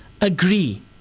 agree